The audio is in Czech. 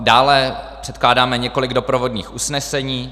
Dále předkládáme několik doprovodných usnesení.